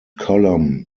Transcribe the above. column